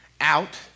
out